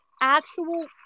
actual